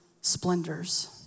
splendors